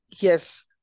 Yes